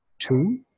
two